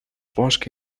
fosc